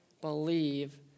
believe